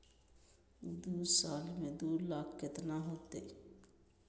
दू साल में दू लाख केतना हो जयते?